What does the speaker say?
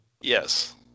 yes